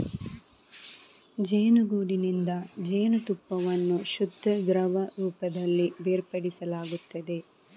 ಜೇನುಗೂಡಿನಿಂದ ಜೇನುತುಪ್ಪವನ್ನು ಶುದ್ಧ ದ್ರವ ರೂಪದಲ್ಲಿ ಬೇರ್ಪಡಿಸಲಾಗುತ್ತದೆ